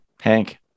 Hank